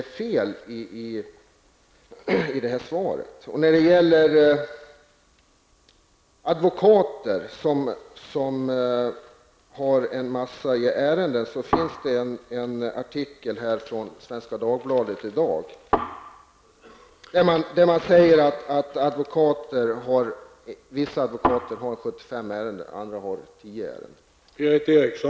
Jag anser att svaret är felaktigt. När det gäller advokater som har en mängd ärenden vill jag nämna att det i dagens nummer av Svenska Dagbladet finns en artikel, där det står att vissa advokater har 75 ärenden, medan andra har bara 10.